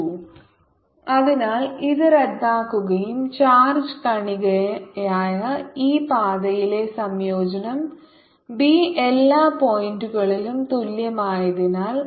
dl 00 qv20R2R2v2t2322πRB 0qvR22R2v2t232B 1202π qvR2R2v2t232 അതിനാൽ ഇത് റദ്ദാക്കുകയും ചാർജ് കണികയായ ഈ പാതയിലെ സംയോജനം ബി എല്ലാ പോയിന്റുകളിലും തുല്യമായതിനാൽ